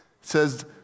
says